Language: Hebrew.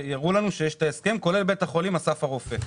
שיראו לנו שיש ההסכם כולל בית החולים אסף הרופא.